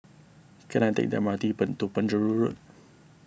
can I take the M R T pen to Penjuru Road